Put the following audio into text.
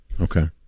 Okay